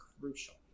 crucial